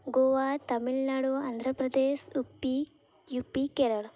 ଗୋଆ ତାମିଲନାଡ଼ୁ ଆନ୍ଧ୍ରପ୍ରଦେଶ ଉପି UP Kerala